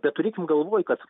bet turėkim galvoj kad